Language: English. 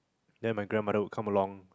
then my grandmother would come along